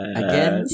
again